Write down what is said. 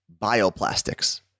Bioplastics